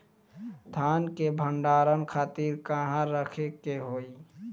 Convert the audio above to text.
धान के भंडारन खातिर कहाँरखे के होई?